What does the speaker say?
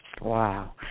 wow